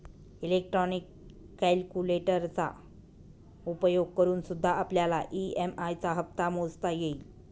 electronic कैलकुलेटरचा उपयोग करूनसुद्धा आपल्याला ई.एम.आई चा हप्ता मोजता येईल